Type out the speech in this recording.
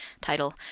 title